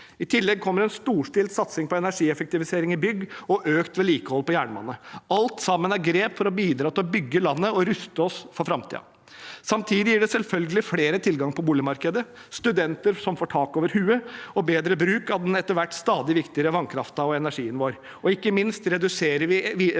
I tillegg kommer en storstilt satsing på energieffektivisering i bygg og økt vedlikehold av jernbanen. Alt sammen er grep for å bidra til å bygge landet og ruste oss for framtiden. Samtidig gir det selvfølgelig flere tilgang til boligmarkedet, studenter får tak over hodet, det gir bedre bruk av den etter hvert stadig viktigere vannkraften og energien vår, og ikke minst reduserer vi